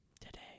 today